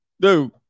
Dude